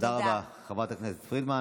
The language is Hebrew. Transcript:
תודה רבה, חברת הכנסת פרידמן.